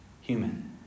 human